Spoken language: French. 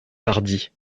tardy